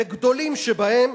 וגדולים שבהם,